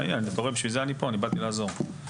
בשביל זה אני פה, באתי לעזור.